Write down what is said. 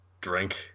drink